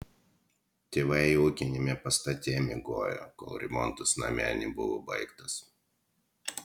tėvai ūkiniame pastate miegojo kol remontas name nebuvo baigtas